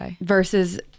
versus